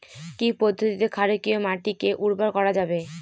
কি পদ্ধতিতে ক্ষারকীয় মাটিকে উর্বর করা যাবে?